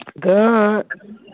Good